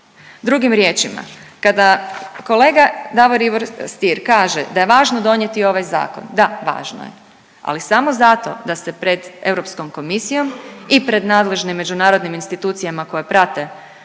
Drugim riječima kada kolega Davor Ivo Stier kaže da je važno donijeti ovaj zakon, da važno je ali samo zato da se pred Europskom komisijom i pred nadležnim međunarodnim institucijama koje prate